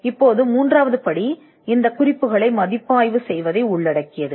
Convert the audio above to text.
இப்போது மூன்றாவது படி இந்த குறிப்புகளை மதிப்பாய்வு செய்வதை உள்ளடக்கியது